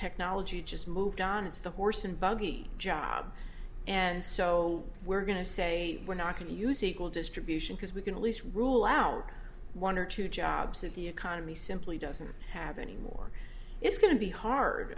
technology just moved on it's the horse and buggy job and so we're going to say we're not going to use equal distribution because we can at least rule out one or two jobs that the economy simply doesn't have any more it's going to be hard